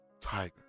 Tiger